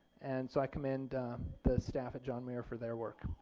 and so i commend the staff at john muir for their work.